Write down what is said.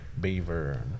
beaver